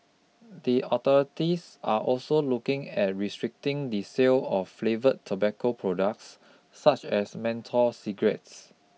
the authorities are also looking at restricting the sale of flavour tobacco products such as menthol cigarettes